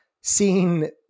seeing